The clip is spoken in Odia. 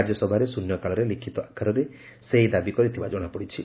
ରାକ୍ୟସଭାରେ ଶୃନ୍ୟକାଳରେ ଲିଖ୍ତ ଆକାରରେ ସେ ଏହି ଦାବି କରିଥିବା ଜଣାପଡିଛି